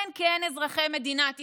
כן, כן, אזרחי מדינת ישראל,